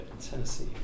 Tennessee